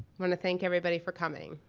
wanna thank everybody for coming.